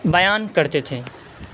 بیان کرتے تھے